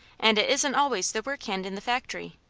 and it isn't always the work hand in the factory.